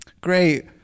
great